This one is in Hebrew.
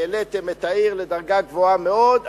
העליתם את העיר לדרגה גבוהה מאוד,